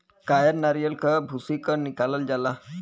कायर नरीयल के भूसी से निकालल जाला